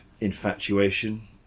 infatuation